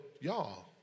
y'all